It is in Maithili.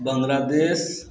बाँग्लादेश